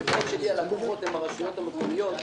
במקרה שלי הלקוחות הם הרשויות המקומיות,